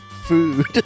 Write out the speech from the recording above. food